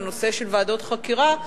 לנושא של ועדות חקירה,